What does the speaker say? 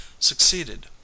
succeeded